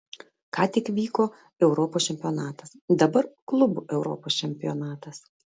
ką tik vyko europos čempionatas dabar klubų europos čempionatas